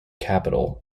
capitol